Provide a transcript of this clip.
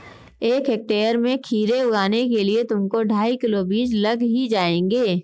एक हेक्टेयर में खीरे उगाने के लिए तुमको ढाई किलो बीज लग ही जाएंगे